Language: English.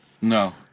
No